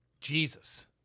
Jesus